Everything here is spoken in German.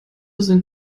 sind